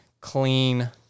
clean